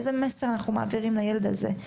איזה מסר אנחנו מעבירים לילד הזה?